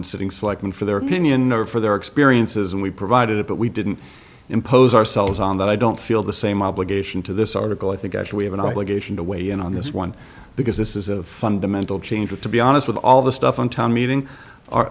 and sitting selecting for their opinion or for their experiences and we provided it but we didn't impose ourselves on that i don't feel the same obligation to this article i think i actually have an obligation to weigh in on this one because this is a fundamental change to be honest with all the stuff in town meeting o